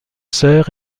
sœurs